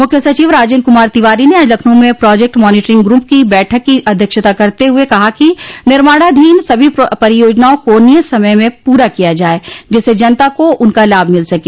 मुख्य सचिव राजेन्द्र क्मार तिवारी ने आज लखनऊ में प्रोजेक्ट मानीटरिंग ग्रूप की बैठक की अध्यक्षता करते हुए कहा कि निर्माणाधीन सभी परियोजनाओं को नियत समय में पूरा किया जाये जिससे जनता को उनका लाभ मिल सके